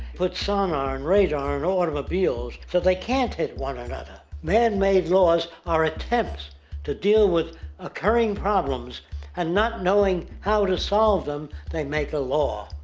put sonar and radar on and automobiles so they can't hit one another. man-made laws are attempts to deal with occuring problems and not knowing how to solve them they make a law.